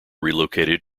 relocated